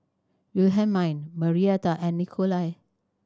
Wilhelmine Marietta and Nikolai